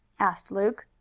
asked luke.